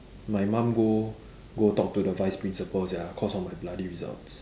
my mum go go talk to the vice principal sia cause of my bloody results